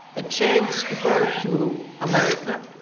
a chance to go to america.